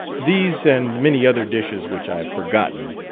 these, and many other dishes which i have forgotten,